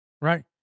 right